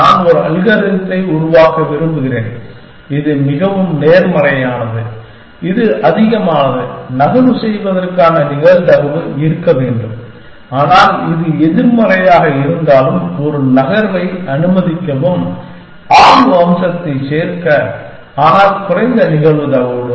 நான் ஒரு அல்காரிதத்தை உருவாக்க விரும்புகிறேன் இது மிகவும் நேர்மறையானது இது அதிகமானது நகர்வு செய்வதற்கான நிகழ்தகவு இருக்க வேண்டும் ஆனால் இது எதிர்மறையாக இருந்தாலும் ஒரு நகர்வை அனுமதிக்கவும் ஆய்வு அம்சத்தை சேர்க்க ஆனால் குறைந்த நிகழ்தகவுடன்